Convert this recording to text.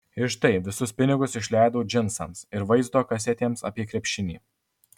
ir štai visus pinigus išleidau džinsams ir vaizdo kasetėms apie krepšinį